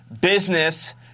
business